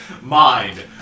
mind